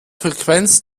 frequenz